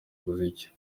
umuziki